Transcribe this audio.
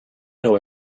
know